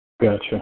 Gotcha